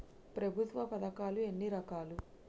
ప్రభుత్వ పథకాలు ఎన్ని రకాలు?